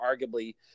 arguably